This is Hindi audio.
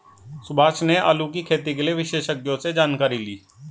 सुभाष ने आलू की खेती के लिए विशेषज्ञों से जानकारी ली